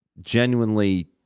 genuinely